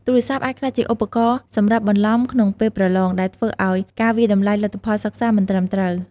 ទូរស័ព្ទអាចក្លាយជាឧបករណ៍សម្រាប់បន្លំក្នុងពេលប្រឡង ដែលធ្វើឲ្យការវាយតម្លៃលទ្ធផលសិក្សាមិនត្រឹមត្រូវ។